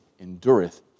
endureth